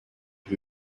who